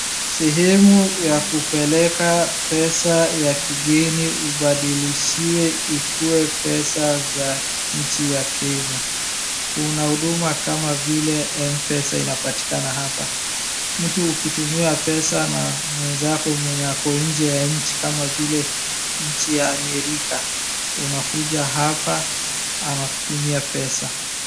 Sehemu ya kupeleka pesa ya kigeni ubadilishiwe ikuwe pesa ya njia ya Kenya. Kuna huduma kama vile mpesa inapatikana hapa. Mtu ukitumiwa pesa na mwenzako mwenye ako nje ya nchi kama vile nchi ya America unakuja hapa anakutumia pesa.